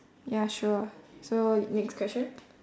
ya sure so next question